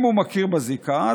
אם הוא מכיר בזיקה,